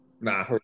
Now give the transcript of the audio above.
Nah